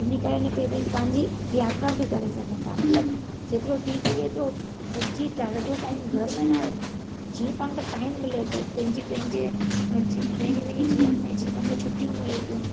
इनकरे ने बि पंहिंजी यात्रा बि करे सघूं था मतलबु जेतिरो थी सघे एतिरो सॼी सॼो टाइम घर में न रहिणो आहे जीअं पाण खे टाइम मिले थो पंहिंजे पंहिंजे पंहिंजे पंहिंजे जीवन में जीअं पाण खे छुटियूं मिले थियूं